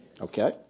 Okay